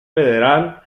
federal